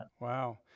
Wow